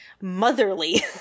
motherly